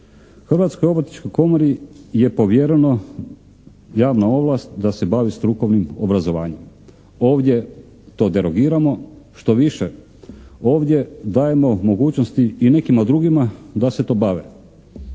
Hrvatskoj obrtničkoj komori je povjerena javna ovlast da se bavi strukovnim obrazovanjem. Ovdje to derogiramo, štoviše, ovdje dajemo mogućnosti i nekima drugima da se to bave.